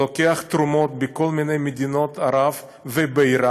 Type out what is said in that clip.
לוקח תרומות בכל מיני מדינות ערב ובאיראן,